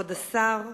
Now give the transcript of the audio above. כבוד השר,